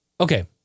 Okay